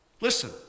Listen